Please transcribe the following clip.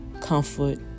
comfort